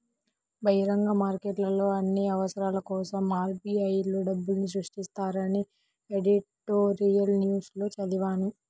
బహిరంగ మార్కెట్లో అన్ని అవసరాల కోసరం ఆర్.బి.ఐ లో డబ్బుల్ని సృష్టిస్తారని ఎడిటోరియల్ న్యూస్ లో చదివాను